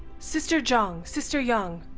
sister zheng, sister yang,